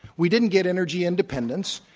we didn't get energy independence,